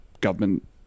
government